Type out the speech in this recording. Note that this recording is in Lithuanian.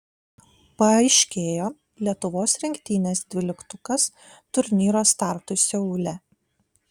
paaiškėjo lietuvos rinktinės dvyliktukas turnyro startui seule